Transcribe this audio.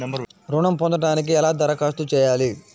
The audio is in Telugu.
ఋణం పొందటానికి ఎలా దరఖాస్తు చేయాలి?